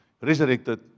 resurrected